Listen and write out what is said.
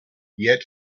yet